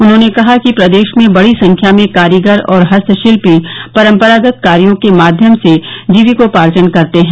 उन्होंने कहा कि प्रदेश में बडी संख्या में कारीगर और हस्तशिल्पी परम्परागत कार्यो के माध्यम से जीविकोपार्जन करते हैं